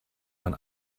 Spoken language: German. man